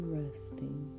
resting